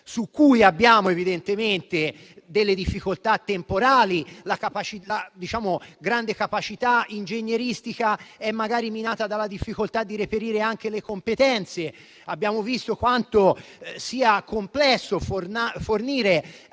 su cui abbiamo delle difficoltà temporali. La grande capacità ingegneristica è magari minata dalla difficoltà di reperire anche le competenze: abbiamo visto quanto sia complesso fornire